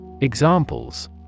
Examples